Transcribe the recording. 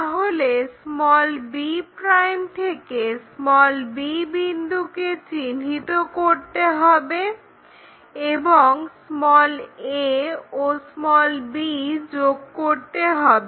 তাহলে b' থেকে b বিন্দুকে চিহ্নিত করতে হবে এবং a ও b যোগ করতে হবে